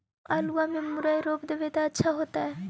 आलुआ में मुरई रोप देबई त अच्छा होतई?